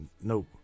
No